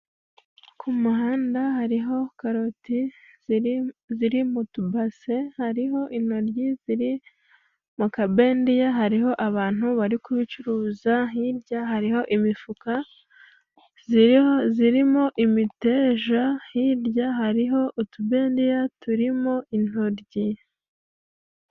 Ku muhanda hariho karoti ziri ziri mu tubase, hariho intoryi ziri mu kabendiya, hariho abantu bari kubicuruza, hirya hariho imifuka ziriho zirimo imiteja, hirya hariho utubendiya turimo intoryi.